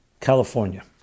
California